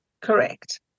correct